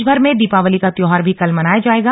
देशभर में दीपावली का त्योहार भी कल मनाया जायेगा